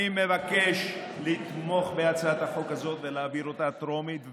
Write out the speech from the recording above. אני מבקש לתמוך בהצעת החוק הזאת ולהעביר אותה בטרומית.